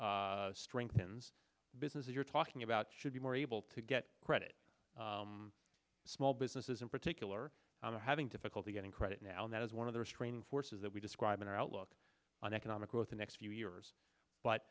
strengthens businesses you're talking about should be more able to get credit small businesses in particular on having difficulty getting credit now and that is one of the restraining forces that we describe in our outlook on economic growth the next few years but